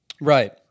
right